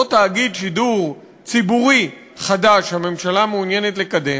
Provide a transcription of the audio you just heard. תאגיד שידור ציבורי חדש שהממשלה מעוניינת לקדם,